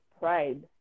pride